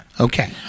Okay